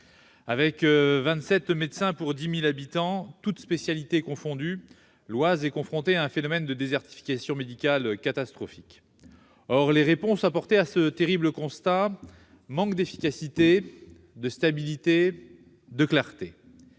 Avec 27 médecins pour 10 000 habitants, toutes spécialités confondues, le département de l'Oise est confronté à un phénomène de désertification médicale catastrophique. Or les réponses apportées à ce terrible constat manquent d'efficacité, de stabilité et de clarté.